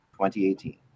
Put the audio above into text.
2018